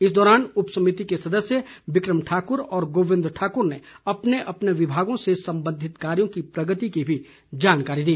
इस दौरान उप समिति के सदस्य बिक्रम ठाकुर और गोविंद ठाकुर ने अपने अपने विभागों से संबंधित कार्यो की प्रगति की भी जानकारी दी